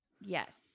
Yes